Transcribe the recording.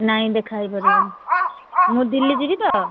ନାହିଁ ଦେଖା ହୋଇପାରିବନି ମୁଁ ଦିଲ୍ଲୀ ଯିବି ତ